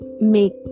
make